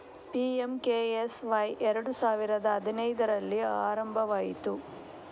PMKSY ಎರಡು ಸಾವಿರದ ಹದಿನೈದರಲ್ಲಿ ಆರಂಭವಾಯಿತು